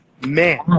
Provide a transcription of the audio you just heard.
Man